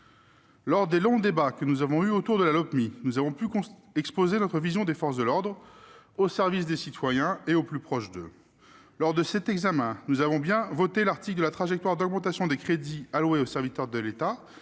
Lors des longs débats que nous avons eus autour du projet de loi de programmation, nous avons pu exposer notre vision des forces de l'ordre : au service des citoyens et au plus proche d'eux. Lors de cet examen, nous avons bien voté l'article comprenant la trajectoire d'augmentation des crédits alloués aux serviteurs de l'État,